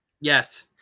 Yes